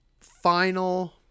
final